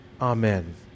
Amen